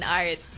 art